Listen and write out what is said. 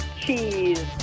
cheese